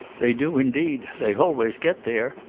they do indeed they always get there!